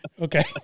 Okay